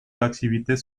d’activités